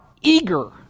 eager